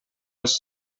als